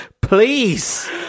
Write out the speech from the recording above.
Please